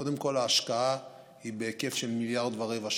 קודם כול ההשקעה היא בהיקף של 1.25 מיליארד שקל.